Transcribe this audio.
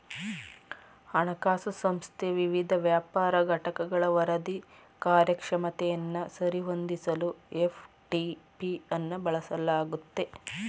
ಹಣಕಾಸು ಸಂಸ್ಥೆ ವಿವಿಧ ವ್ಯಾಪಾರ ಘಟಕಗಳ ವರದಿ ಕಾರ್ಯಕ್ಷಮತೆಯನ್ನ ಸರಿ ಹೊಂದಿಸಲು ಎಫ್.ಟಿ.ಪಿ ಅನ್ನ ಬಳಸಲಾಗುತ್ತೆ